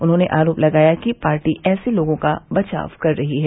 उन्होंने आरोप लगाया कि पार्टी ऐसे लोगों का बचाव कर रही है